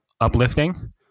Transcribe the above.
uplifting